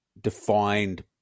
defined